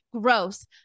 Gross